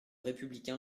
républicain